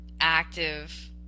active